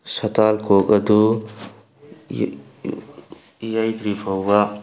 style ꯀꯣꯛ ꯑꯗꯨ ꯌꯩꯗ꯭ꯔꯤ ꯐꯥꯎꯕ